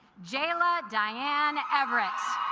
jayla diane everett's